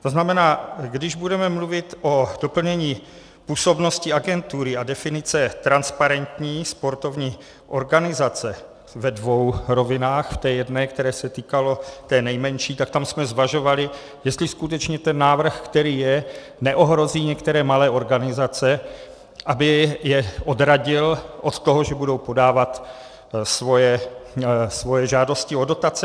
To znamená, když budeme mluvit o doplnění působnosti agentury a definice transparentní sportovní organizace ve dvou rovinách, v té jedné, které se týkalo, té nejmenší, tak tam jsme zvažovali, jestli skutečně ten návrh, který je, neohrozí některé malé organizace, aby je odradil od toho, že budou podávat svoje žádosti o dotace.